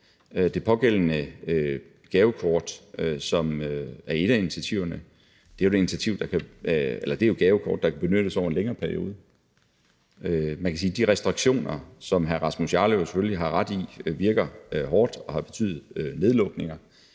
Det pågældende gavekort, som er et af initiativerne, er jo et, der kan benyttes over en længere periode. Man kan sige, at de restriktioner, som hr. Rasmus Jarlov selvfølgelig har ret i virker hårde og har betydet nedlukninger,